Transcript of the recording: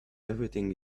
everything